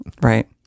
Right